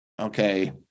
okay